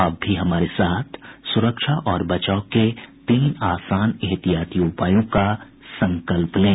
आप भी हमारे साथ सुरक्षा और बचाव के तीन आसान एहतियाती उपायों का संकल्प लें